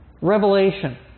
Revelation